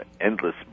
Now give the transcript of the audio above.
endless